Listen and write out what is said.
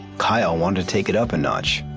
kyle wanted to take it up a notch.